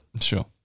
Sure